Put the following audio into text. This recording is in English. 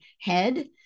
head